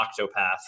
Octopath